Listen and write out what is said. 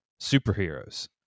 superheroes